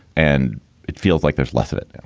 and it feels like there's less of it and